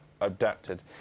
adapted